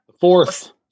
Fourth